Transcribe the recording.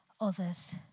others